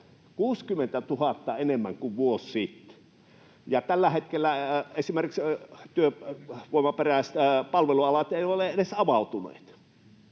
60 000 enemmän kuin vuosi sitten. Ja tällä hetkellä esimerkiksi työvoimaperäistä... Palvelualat eivät ole edes avautuneet.